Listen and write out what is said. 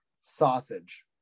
sausage